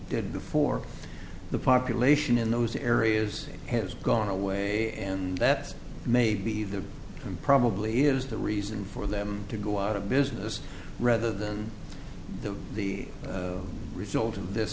did before the population in those areas has gone away and that may be the probably is the reason for them to go out of business rather than the result of this